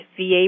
VA